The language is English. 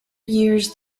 years